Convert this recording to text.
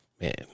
man